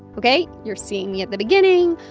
ok, you're seeing me at the beginning.